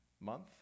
month